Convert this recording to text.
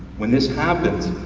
when this happens,